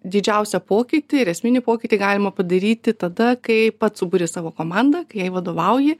didžiausią pokytį ir esminį pokytį galima padaryti tada kai pats sukuri savo komandą kai jai vadovauji